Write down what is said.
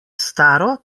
staro